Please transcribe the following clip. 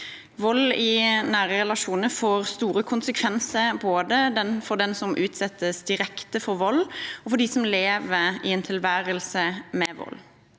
Vold i nære relasjoner får store konsekvenser både for dem som utsettes direkte for vold, og for dem som lever i en tilværelse med vold.